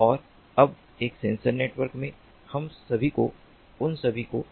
और अब एक सेंसर नेटवर्क में हम सभी को उन सभी को